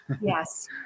Yes